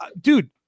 Dude